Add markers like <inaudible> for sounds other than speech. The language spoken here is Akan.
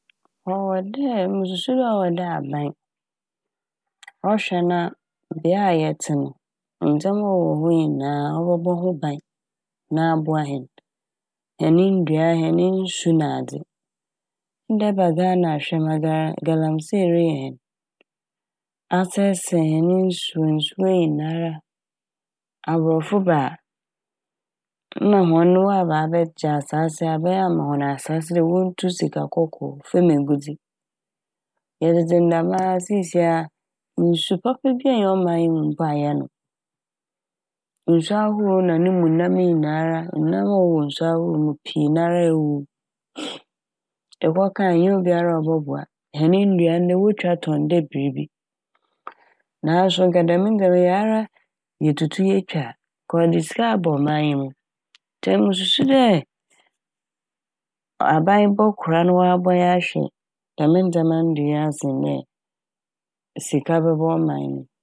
Ɔwɔ dɛ mususu dɛ ɔwɔ dɛ aban ɔhwɛ na bea a yɛtse no ndzɛma a ɔwɔ hɔ nyinaa ɔbɔbɔ ho ban na aboa hɛn. Hɛn ne ndua a, hɛn ne nsu nadze, ndɛ ɛba Ghana hwɛ ma gara- galamsey reyɛ hɛn, asɛesɛe hɛn nsu, nsuwa nyinara. Aborɔfo ba a na hɔn aba abɛgye asaase aban ama hɔn asaase dɛ wontu sika kɔkɔɔ famu egudzi. Yɛdzedze ne dɛmaa <noise> siisia nsu papa bia nnyi ɔman yi mu mpo a yɛnom. Nsu ahorow na <noise> no mu nam ne nyinara enam a ɔwowɔ nsu ahorow mu pii nara ewuwu <hesitation> ɛkɔka a nnyi obiara a ɔbɔboa. Hɛn ndua ndɛ wotwa tɔn dɛ biribi naaso nka dɛm <unintelligible> yɛa ara yetutu yetwa a nka a ɔdze sika aba ɔman yi mu ntsi emi mususu dɛ aban bɔkora na ɔaboa hɛn ahwe dɛm ndzɛma ne nyinaa do sen dɛ sika bɛba ɔman yi mu.